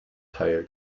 teil